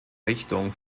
richtung